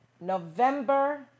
November